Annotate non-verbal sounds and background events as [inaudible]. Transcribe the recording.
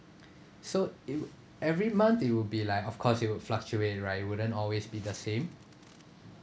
[breath] so !eww! every month it will be like of course it will fluctuate right wouldn't always be the same